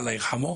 אללה ירחמו,